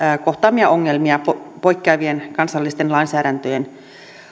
kohtaamia ongelmia poikkeavien kansallisten lainsäädäntöjen